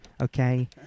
okay